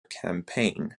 campaign